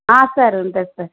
sir ఉంటయి sir